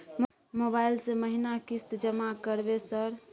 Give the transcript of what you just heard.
Mobile से महीना किस्त जमा करबै सर?